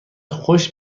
خوش